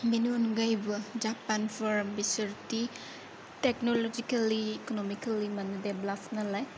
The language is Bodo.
बेनि अनगायैबो जापानफोर बिसोर दि टेकनलजिकेलि इकनमिकेलि माने डेभेलप नालाय